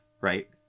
right